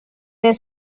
their